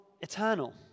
eternal